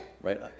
right